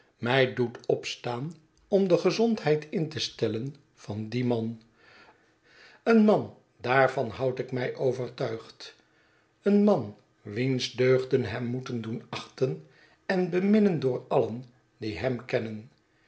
mij doet opstaan om de gezondheid in te stellen van dien man een man daarvan houd ik mij overtuigd een man wiens deugden hem moeten doen achten en beminnen door alien die hem kennen